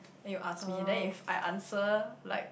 then you ask me then if I answer like